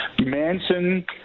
Manson